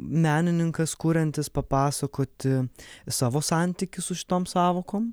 menininkas kuriantis papasakoti savo santykius su šitom sąvokom